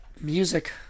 music